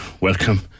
Welcome